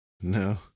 No